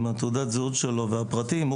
עם תעודת הזהות שלו והפרטים,